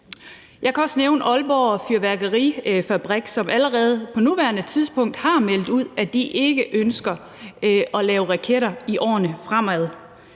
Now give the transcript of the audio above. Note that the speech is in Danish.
Jeg kan også nævne Aalborg Fyrværkerifabrik, som allerede på nuværende tidspunkt har meldt ud, at de ikke ønsker at lave raketter i årene fremover.